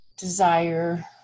Desire